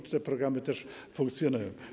Te programy też funkcjonują.